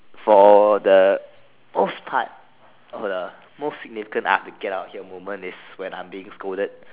for the most part of the most significant I have to get out here moment is when I am being scolded